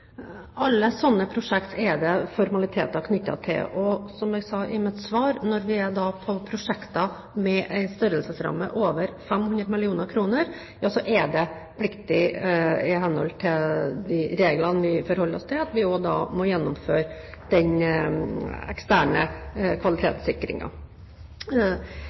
Alle sånne prosjekter er det formaliteter knyttet til, og som jeg sa i mitt svar, når vi snakker om prosjekter med en størrelsesramme på over 500 mill. kr, er man i henhold til de reglene vi forholder oss til, pliktig til også å gjennomføre